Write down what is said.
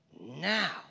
now